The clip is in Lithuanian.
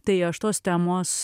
tai aš tos temos